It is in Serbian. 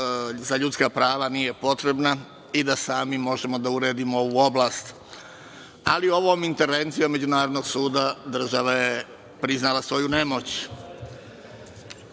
za ljudska prava nije potrebna i da mi možemo da uredimo ovu oblast, ali ovom intervencijom Međunarodnog suda država je priznala svoju nemoć. Pre